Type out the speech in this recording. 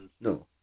no